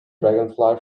dragonfly